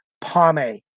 Pome